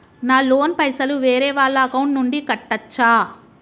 నా లోన్ పైసలు వేరే వాళ్ల అకౌంట్ నుండి కట్టచ్చా?